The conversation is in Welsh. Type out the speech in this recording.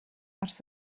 ers